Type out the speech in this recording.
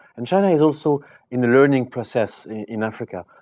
and china is also in the learning process in africa.